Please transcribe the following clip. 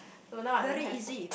so now I don't have